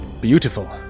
beautiful